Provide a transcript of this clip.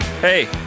Hey